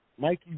Mikey